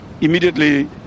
immediately